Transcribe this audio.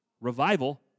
Revival